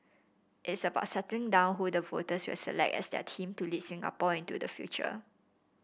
it's about setting down who the voters will select as their team to lead Singapore into the future